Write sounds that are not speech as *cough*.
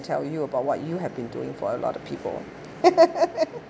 tell you about what you have been doing for a lot of people *laughs*